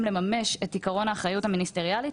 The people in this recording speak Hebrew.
לממש את עיקרון האחריות המיניסטריאלית,